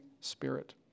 spirit